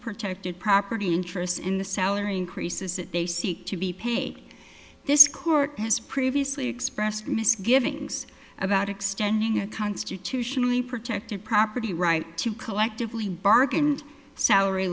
protected property interests in the salary increases they seek to be paid this court has previously expressed misgivings about extending it constitutionally protected property right to collectively bargain salary